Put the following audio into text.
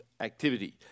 activity